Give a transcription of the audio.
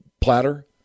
platter